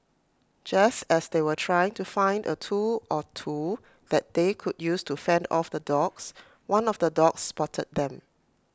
just as they were trying to find A tool or two that they could use to fend off the dogs one of the dogs spotted them